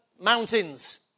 mountains